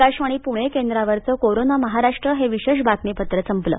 आकाशवाणी पुणे केंद्रावरचं कोरोना महाराष्ट्र हे विशेष बातमीपत्र संपलं